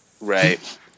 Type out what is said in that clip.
Right